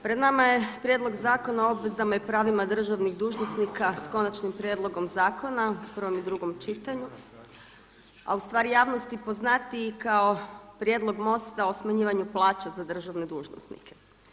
Pred nama je Prijedlog zakona o obvezama i pravima državnih dužnosnika s konačnim prijedlogom zakona u prvom i drugom čitanju a ustvari javnosti poznatiji kao prijedlog MOST-a o smanjivanju plaća za državne dužnosnike.